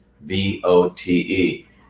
V-O-T-E